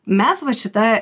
mes va šita